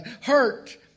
hurt